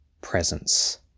presence